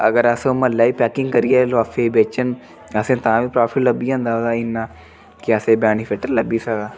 अगर अस म्हल्लै गै पैकिंग करियै लफाफे च बेचन असें तां बी प्राफिट लब्भी जंदा ओह्दा इ'न्ना कि असेंगी बेनिफिट लब्भी सकदा